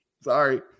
Sorry